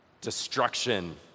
destruction